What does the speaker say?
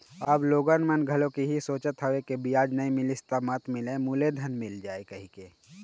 अब लोगन मन घलोक इहीं सोचत हवय के बियाज नइ मिलय त मत मिलय मूलेधन मिल जाय कहिके